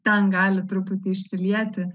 ten gali truputį išsilieti